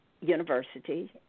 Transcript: University